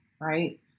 right